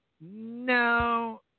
No